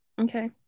okay